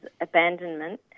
abandonment